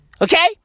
Okay